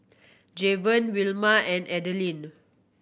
Javon Wilma and Adelyn